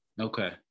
okay